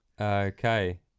Okay